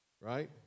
right